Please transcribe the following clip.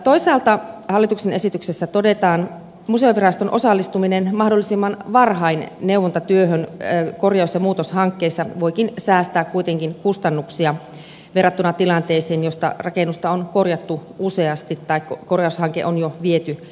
toisaalta hallituksen esityksessä todetaan että museoviraston osallistuminen mahdollisimman varhain neuvontatyöhön korjaus ja muutoshankkeissa voikin säästää kuitenkin kustannuksia verrattuna tilanteeseen jossa rakennusta on korjattu useasti tai korjaushanke on jo viety pitkälle